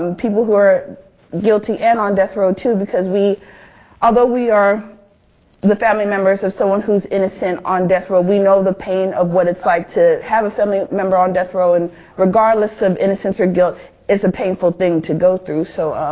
um people who are guilty and on death row too because we although we are the family members of someone who's innocent on death row we know pain of what it's like to have a family member on death row and regardless of innocence or guilt it's a painful thing to go through. so,